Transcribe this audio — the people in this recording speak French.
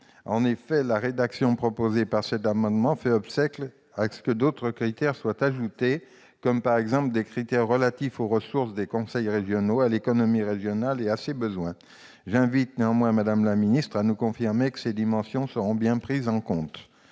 Or la rédaction proposée fait obstacle à ce que d'autres critères soient ajoutés à ceux qui sont cités, par exemple des critères relatifs aux ressources des conseils régionaux, à l'économie régionale et à ses besoins. J'invite néanmoins Mme la ministre à nous confirmer que ces dimensions seront bien prises en compte.